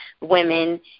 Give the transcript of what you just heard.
women